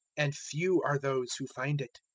and few are those who find it.